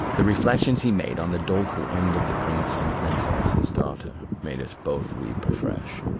the reflections he made on the doleful end of the prince and princess his daughter made us both weep afresh.